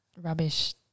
rubbish